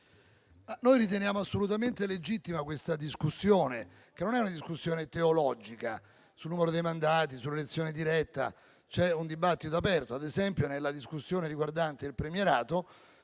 noi riteniamo assolutamente legittima questa discussione, che non è una discussione teologica. Sul numero dei mandati e sull'elezione diretta, c'è un dibattito aperto. Ad esempio, nella discussione riguardante il premierato